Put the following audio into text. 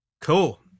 Cool